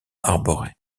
arborée